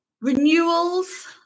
renewals